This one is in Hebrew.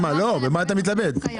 אתה מתלבט?